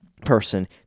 Person